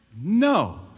No